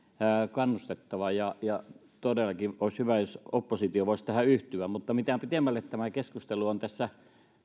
kannatettava ja ja todellakin olisi hyvä jos oppositio voisi tähän yhtyä mutta mitä pitemmälle tämä keskustelu on